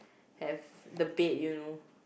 have the bed you know